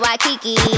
Waikiki